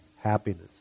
happiness